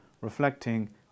reflecting